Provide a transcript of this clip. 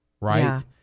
right